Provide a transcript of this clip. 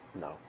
No